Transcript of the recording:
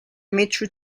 metro